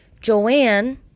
Joanne